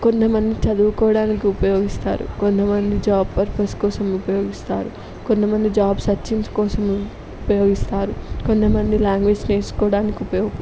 కొంతమంది చదువుకోవడానికి ఉపయోగిస్తారు కొంతమంది జాబ్ పర్పస్ కోసం ఉపయోగిస్తారు కొంతమంది జాబ్ సెర్చింగ్ కోసం ఉపయోగిస్తారు కొంతమంది లాంగ్వేజ్ నేర్చుకోవడానికి ఉపయోగిస్తారు